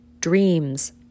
dreams